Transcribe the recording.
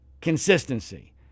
Consistency